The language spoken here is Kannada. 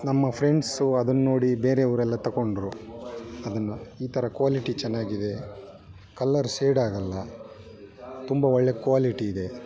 ನಮ್ಮ ಫ್ರೆಂಡ್ಸು ಅದನ್ನೋಡಿ ಬೇರೆಯವರೆಲ್ಲ ತೊಗೊಂಡ್ರು ಅದನ್ನು ಈ ಥರ ಕ್ವಾಲಿಟಿ ಚೆನ್ನಾಗಿದೆ ಕಲರ್ ಸೇಡ್ ಆಗೋಲ್ಲ ತುಂಬ ಒಳ್ಳೆ ಕ್ವಾಲಿಟಿ ಇದೆ